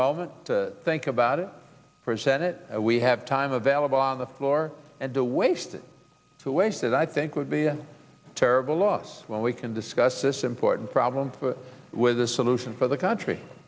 moment think about it for senate we have time available on the floor and the waste to waste that i think would be a terrible loss when we can discuss this important problem with a solution for the country